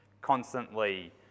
constantly